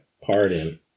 Pardon